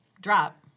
drop